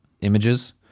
images